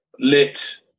lit